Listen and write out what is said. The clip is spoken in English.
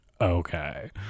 okay